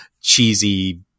cheesy